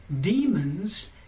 demons